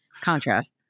contrast